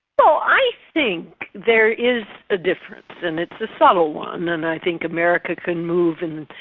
oh i think there is a difference and it's a subtle one and i think america can move in,